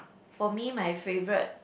for me my favorite